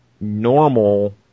normal